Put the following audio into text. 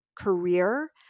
career